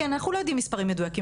אנחנו לא יודעים מספרים מדויקים.